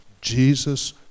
Jesus